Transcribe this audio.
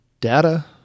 Data